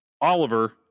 Oliver